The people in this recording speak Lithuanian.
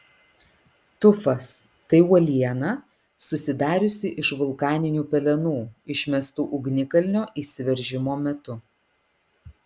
tufas tai uoliena susidariusi iš vulkaninių pelenų išmestų ugnikalnio išsiveržimo metu